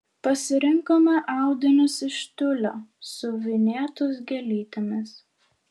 pasirinkome audinius iš tiulio siuvinėtus gėlytėmis